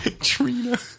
Trina